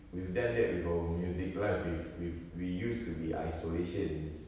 we've done that with our music life we've we've we used to be isolations